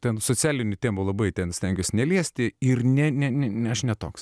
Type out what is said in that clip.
ten socialinių temų labai ten stengiuosi neliesti ir ne ne ne aš ne toks